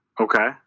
Okay